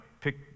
pick